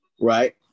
Right